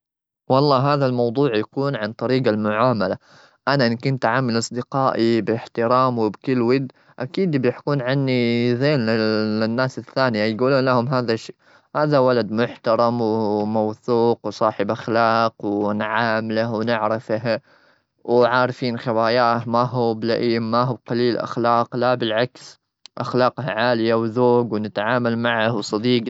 والله، هذا الموضوع يكون عن طريق المعاملة. أنا إن كنت أتعامل أصدقائي بإحترام وبكل ود، أكيد بيحكون عني زين للناس الثانية. يقولون لهم هذا الشيء: "هذا ولد محترم وموثوق وصاحب أخلاق"، ونعامله ونعرفه وعارفين خباياه. ما هو بلئيم، ما هو بقليل أخلاق، لا، بالعكس، أخلاقه عالية وذوج. ونتعامل معه وصديجي.